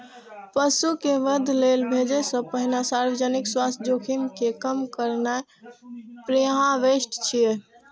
पशु कें वध लेल भेजै सं पहिने सार्वजनिक स्वास्थ्य जोखिम कें कम करनाय प्रीहार्वेस्ट छियै